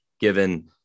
given